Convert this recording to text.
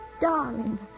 Darling